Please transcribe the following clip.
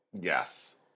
Yes